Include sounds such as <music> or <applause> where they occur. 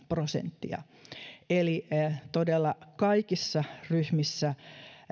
prosenttia <unintelligible> eli <unintelligible> todella kaikissa ryhmissä